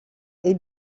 est